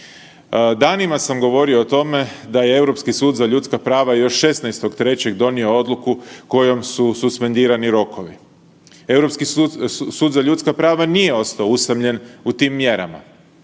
Danima sam govorio o tome da je Europski sud za ljudska prava još 16.3. donio odluku kojom su suspendirani rokovi. Europski sud za ljudska prava nije ostao usamljen u tim mjerama,